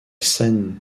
seyne